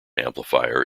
amplifier